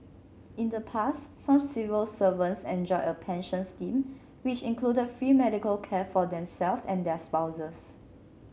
in the past some civil servants enjoyed a pension scheme which included free medical care for themselves and their spouses